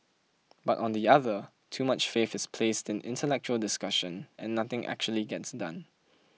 but on the other too much faith is placed in intellectual discussion and nothing actually gets done